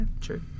true